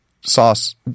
sauce